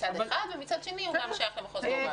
מצד אחד, ומצד שני הוא גם שייך למחוז גיאוגרפי.